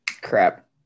crap